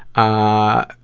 ah,